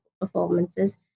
performances